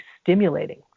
stimulating